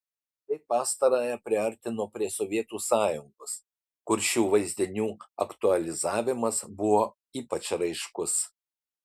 tai pastarąją priartino prie sovietų sąjungos kur šių vaizdinių aktualizavimas buvo ypač raiškus